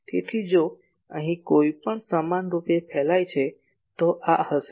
તેથી જો અહીં કંઈપણ સમાનરૂપે ફેલાય છે તો આ આ હશે